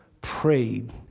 prayed